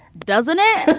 doesn't it?